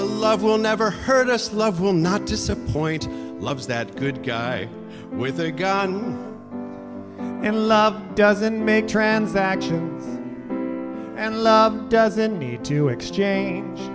love will never hurt us love will not disappoint loves that good guy with a gun and love doesn't make transaction and love doesn't need to exchange